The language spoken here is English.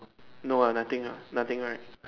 no lah nothing lah nothing right